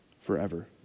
forever